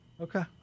Okay